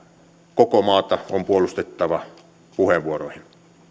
koko maata on puolustettava puheenvuoroihin